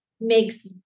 makes